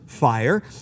Fire